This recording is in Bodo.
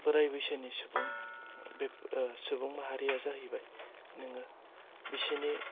बोराइ बैसोनि सुबुं बे सुबुं माहारिया जाहैबाय नोङो बिसोरनि